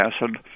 acid